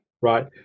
Right